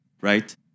right